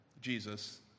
Jesus